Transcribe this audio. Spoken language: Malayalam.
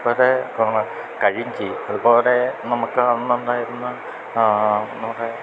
അതുപോലെ കഴിഞ്ചി അതുപോലെ നമുക്ക് അന്നുണ്ടായിരുന്ന നമ്മുടെ